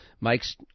Mike's